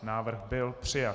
Návrh byl přijat.